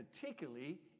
particularly